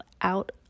out